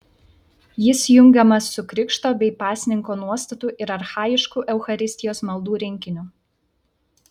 jis jungiamas su krikšto bei pasninko nuostatų ir archajiškų eucharistijos maldų rinkiniu